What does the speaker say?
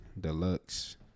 deluxe